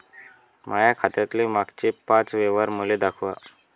माया खात्यातले मागचे पाच व्यवहार मले दाखवा